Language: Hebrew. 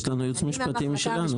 יש לנו ייעוץ משפטי משלנו.